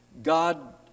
God